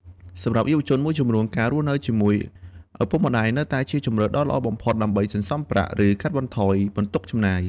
សម្រាប់យុវជនមួយចំនួន ការរស់នៅជាមួយឪពុកម្តាយនៅតែជាជម្រើសដ៏ល្អបំផុត ដើម្បីសន្សំប្រាក់ ឬកាត់បន្ថយបន្ទុកចំណាយ។